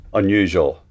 unusual